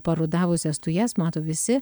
parudavusias tujas mato visi